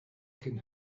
can